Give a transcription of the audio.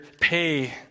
pay